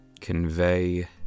convey